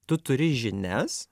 tu turi žinias